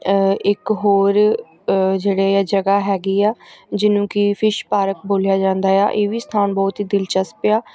ਇੱਕ ਹੋਰ ਜਿਹੜੇ ਆ ਜਗ੍ਹਾ ਹੈਗੀ ਆ ਜਿਹਨੂੰ ਕਿ ਫਿਸ਼ ਪਾਰਕ ਬੋਲਿਆ ਜਾਂਦਾ ਆ ਇਹ ਵੀ ਸਥਾਨ ਬਹੁਤ ਹੀ ਦਿਲਚਸਪ ਆ